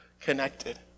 connected